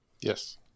Yes